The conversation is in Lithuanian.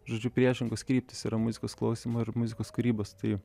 žodžiu priešingos kryptys yra muzikos klausymo ir muzikos kūrybos tai